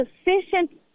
sufficient